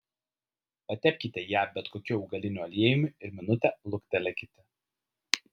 patepkite ją bet kokiu augaliniu aliejumi ir minutę luktelėkite